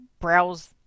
browse